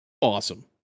Awesome